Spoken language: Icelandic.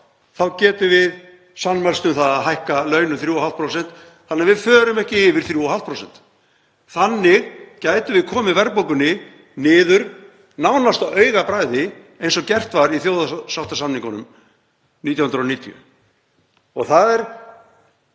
þá getum við sammælst um að hækka laun um 3,5% þannig að við förum ekki yfir 3,5%. Þannig gætum við komið verðbólgunni niður nánast á augabragði eins og gert var í þjóðarsáttarsamningunum 1990. Það